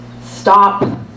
stop